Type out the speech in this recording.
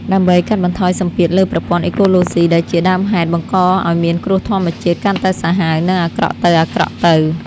ដើម្បីកាត់បន្ថយសម្ពាធលើប្រព័ន្ធអេកូឡូស៊ី ដែលជាដើមហេតុបង្កឱ្យមានគ្រោះធម្មជាតិកាន់តែសាហាវ និងអាក្រក់ទៅៗ។